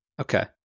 Okay